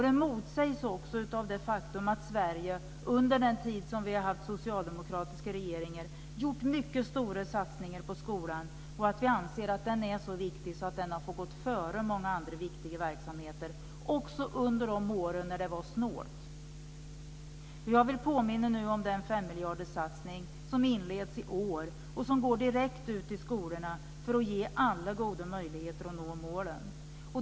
Det motsägs också av det faktum att Sverige under den tid som vi haft socialdemokratiska regeringar gjort mycket stora satsningar på skolan. Vi anser att den är så viktig att den har fått gå före många andra viktiga verksamheter också under de år när det var snålt. Jag vill påminna om den femmiljarderssatsning som inleds i år och går direkt ut till skolorna för att ge alla goda möjligheter att nå målen.